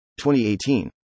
2018